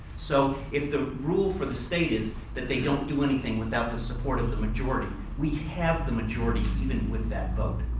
so if the rule for the state is that they don't do anything without the support of the majority, we have the majority even with that vote.